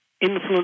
influence